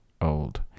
Old